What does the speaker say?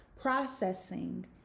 Processing